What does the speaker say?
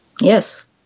Yes